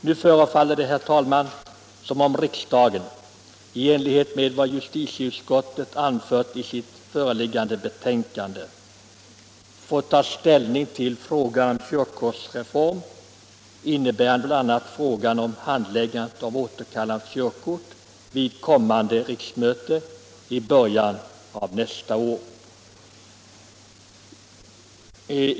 Nu förefaller det, herr talman, som om riksdagen — enligt vad justitieutskottet anför i sitt föreliggande betänkande — får ta ställning till frågan om en körkortsreform, innefattande bl.a. frågan om handläggning av körkortsåterkallelser, i början av år 1976.